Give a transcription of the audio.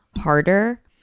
harder